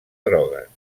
drogues